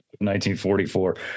1944